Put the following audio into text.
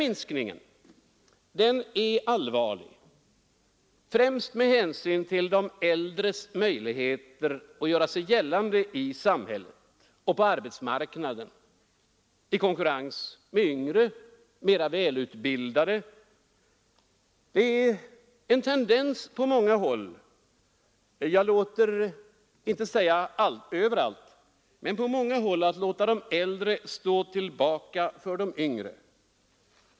Minskningen är allvarlig främst med hänsyn till de äldres möjligheter att göra sig gällande i samhället och på arbetsmarknaden i konkurrens med yngre och välutbildade. Det finns en tendens på många håll — jag säger inte på alla håll — att låta de äldre stå tillbaka för de yngre.